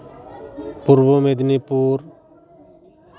Purba Medinipur